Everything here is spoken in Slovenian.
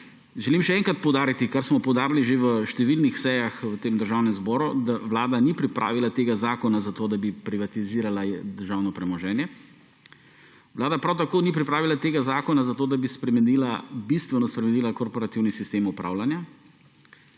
želim poudariti, kar smo poudarili že na številnih sejah v Državnem zboru, da Vlada ni pripravila tega zakona zato, da bi privatizirala državno premoženje. Vlada prav tako ni pripravila tega zakona zato, da bi spremenila, bistveno spremenila korporativni sistem upravljanja.